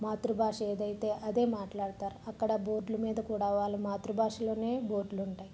మాతృభాష ఏదయితే అదే మాట్లాడతారు అక్కడ బోర్డ్లు మీద కూడా వాళ్ళు మాతృభాషలోనే బోర్డ్లు ఉంటాయి